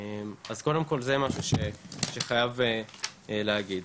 אז זה משהו שחייב להגיד.